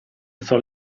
alzò